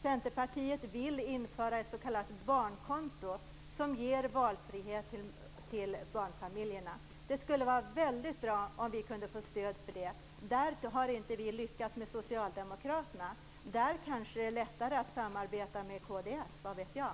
Centerpartiet vill införa ett s.k. barnkonto som ger barnfamiljerna valfrihet. Det skulle vara mycket bra om vi kunde få stöd för det. I den frågan har vi inte lyckats med Socialdemokraterna. Där kanske det är lättare att samarbeta med kd, vad vet jag.